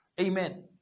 Amen